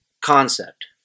concept